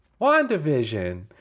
WandaVision